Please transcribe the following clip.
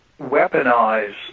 weaponize